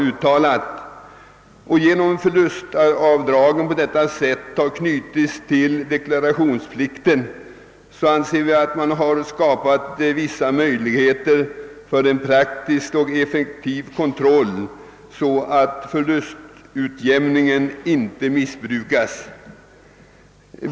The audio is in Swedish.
Vi anser att genom att rätten till förlustavdrag knutits till deklarationsskyldigheten har det skapats vissa möjligheter för en praktisk och effektiv kontroll av att förlustutjämningen inte missbrukas.